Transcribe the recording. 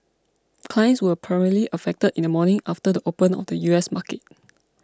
clients were primarily affected in the morning after the the open of U S markets